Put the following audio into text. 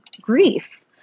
grief